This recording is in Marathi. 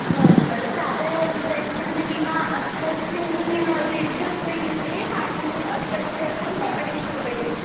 बरं बरं साध्या डिझाईनचे म्हणजे बिना अस्तरचे मी दीडशे रुपये घेते आणि अस्तरचे असेल तर अडीचशे रुपये घेते